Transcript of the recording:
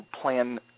plan